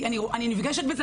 כי אני נפגשת בזה,